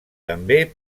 també